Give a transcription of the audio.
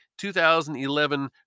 2011